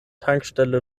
tankstelle